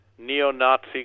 neo-Nazi